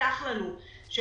הובטח לנו שב-2020,